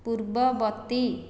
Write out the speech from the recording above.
ପୂର୍ବବର୍ତ୍ତୀ